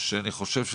כל הדבר הזה